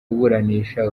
kuburanisha